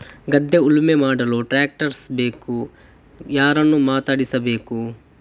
ಗದ್ಧೆ ಉಳುಮೆ ಮಾಡಲು ಟ್ರ್ಯಾಕ್ಟರ್ ಬೇಕು ಯಾರನ್ನು ಮಾತಾಡಿಸಬೇಕು?